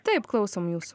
taip klausom jūsų